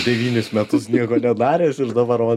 devynis metus nieko nedaręs ir dabar vat